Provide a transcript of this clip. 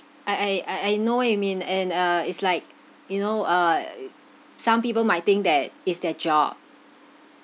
I I I I know what you mean and uh it's like you know uh some people might think that it's their job